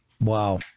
Wow